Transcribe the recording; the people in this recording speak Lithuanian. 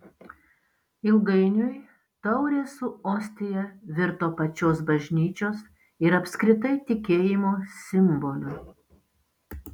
ilgainiui taurė su ostija virto pačios bažnyčios ir apskritai tikėjimo simboliu